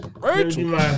Rachel